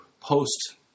post